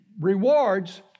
rewards